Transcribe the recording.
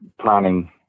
planning